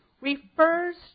refers